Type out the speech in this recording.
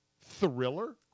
thriller